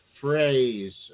phrase